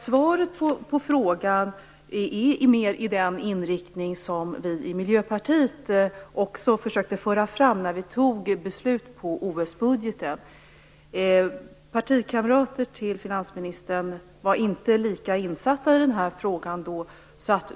Svaret på frågan har mer den inriktning som vi i Miljöpartiet försökte föra fram när vi fattade beslut om OS-budgeten. Partikamrater till finansministern var då inte lika insatta i den här frågan.